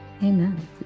Amen